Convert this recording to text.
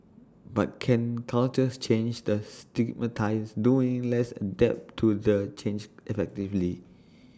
but can cultures change the stigmatise doing less adapt to the change effectively